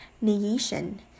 negation